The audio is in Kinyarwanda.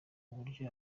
uburyo